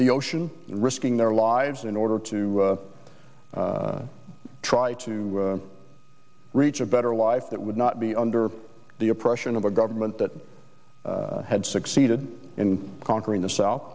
the ocean risking their lives in order to try to reach a better life that would not be under the oppression of a government that had succeeded in conquering the south